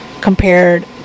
compared